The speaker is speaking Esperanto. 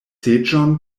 seĝon